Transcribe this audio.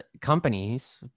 companies